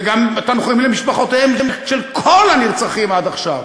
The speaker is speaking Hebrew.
וגם תנחומים למשפחותיהם של כל הנרצחים עד עכשיו.